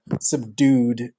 subdued